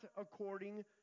according